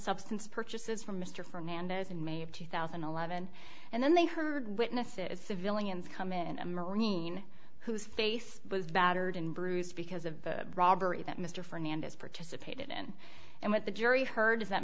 substance purchases from mr fernandez in may of two thousand and eleven and then they heard witnesses civilians come in a marine whose face was battered and bruised because of the robbery that mr fernandez participated in and what the jury heard is that